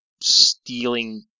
stealing